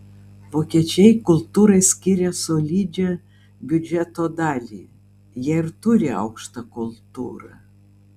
vokiečiai kultūrai skiria solidžią biudžeto dalį jie ir turi aukštą kultūrą